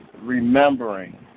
remembering